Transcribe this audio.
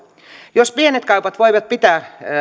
jos pienet kaupat voivat pitää